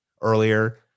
earlier